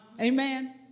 Amen